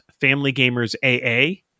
FamilyGamersAA